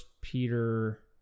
Peter